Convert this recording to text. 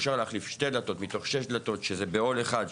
8 מיליון שקל,